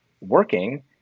working